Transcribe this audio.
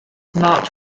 marked